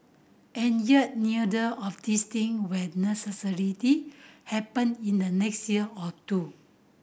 and yet neither the of these thing will necessarily happen in the next year or two